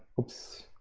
oops!